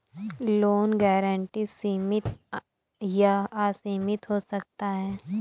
loan guarantee सीमित या असीमित हो सकता है